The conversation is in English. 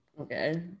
Okay